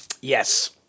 Yes